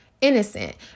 innocent